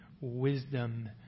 wisdom